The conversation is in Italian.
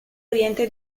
oriente